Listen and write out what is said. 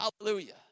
Hallelujah